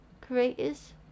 creators